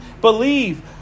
Believe